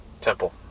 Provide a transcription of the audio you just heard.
temple